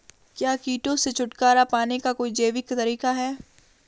क्या कीटों से छुटकारा पाने का कोई जैविक तरीका है?